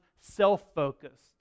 self-focused